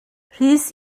rhys